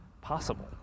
possible